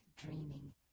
dreaming